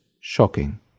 shocking